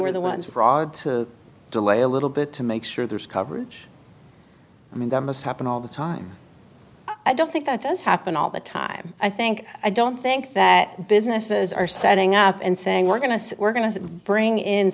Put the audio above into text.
were the ones rod to delay a little bit to make sure there's coverage i mean the most happen all the time i don't think that does happen all the time i think i don't think that businesses are setting up and saying we're going to say we're going to bring in